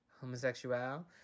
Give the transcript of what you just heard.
Homosexual